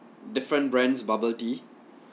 different brands bubble tea